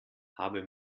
habe